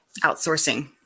outsourcing